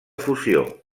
fusió